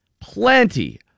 plenty